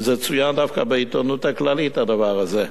וזה צוין דווקא בעיתונות הכללית, הדבר הזה.